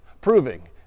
proving